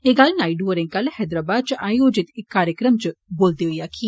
एह् गल्ल नायडू होरे कल हैदराबाद च आयोजित इक कार्यक्रम च बोलदे होई आक्खी